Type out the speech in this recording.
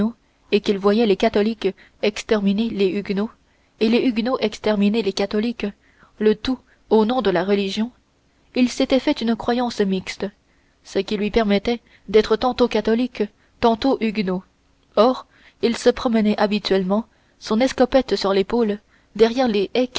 et qu'il voyait les catholiques exterminer les huguenots et les huguenots exterminer les catholiques le tout au nom de la religion il s'était fait une croyance mixte ce qui lui permettait d'être tantôt catholique tantôt huguenot or il se promenait habituellement son escopette sur l'épaule derrière les